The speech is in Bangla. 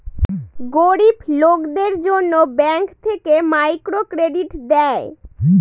গরিব লোকদের জন্য ব্যাঙ্ক থেকে মাইক্রো ক্রেডিট দেয়